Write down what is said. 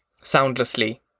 soundlessly